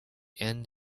end